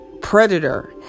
Predator